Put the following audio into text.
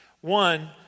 One